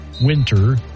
winter